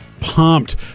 pumped